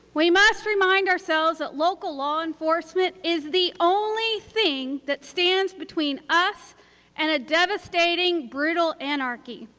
we must remind ourselves that local law enforcement is the only thing that stands between us and a devastating brutal anarchy.